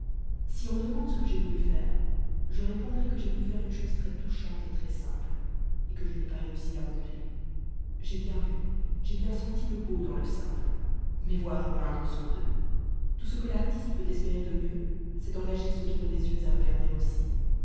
si on me demande ce que j'ai voulu faire je répondrai que j'ai voulu faire une chose très touchante et très simple et que je n'ai pas réussi à mon gré j'ai bien vu j'ai bien senti le beau dans le simple mais voir et peindre sont deux tout ce que l'artiste peut espérer de mieux c'est d'engager ceux qui ont des yeux à regarder aussi